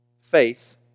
faith